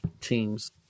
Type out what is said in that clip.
teams